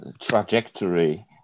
trajectory